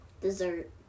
Dessert